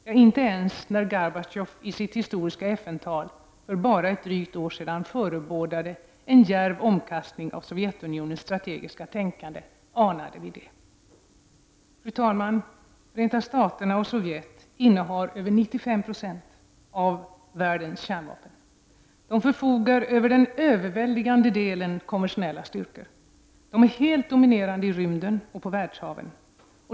Ja, inte ens när Gorbatjov i sitt historiska FN-tal för bara ett drygt år sedan förebådade en djärv omkastning av Sovjetunionens strategiska tänkande anade vi det. Fru talman! Förenta staterna och Sovjetunionen innehar över 95 96 av världens kärnvapen. De förfogar över den överväldigande delen konventionella styrkor. De är helt dominerande i rymden och på världshaven.